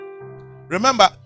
remember